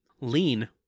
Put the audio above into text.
lean